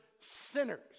sinners